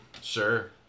Sure